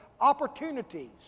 opportunities